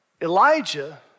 Elijah